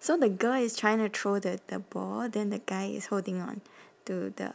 so the girl is trying to throw the the ball then the guy is holding on to the